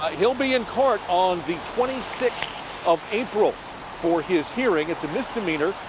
he'll be in court on the twenty sixth of april for his hearing. it's a misdemeanor.